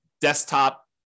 desktop